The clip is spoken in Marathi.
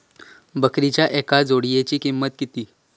बकरीच्या एका जोडयेची किंमत किती?